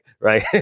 right